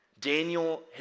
Daniel